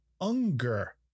Unger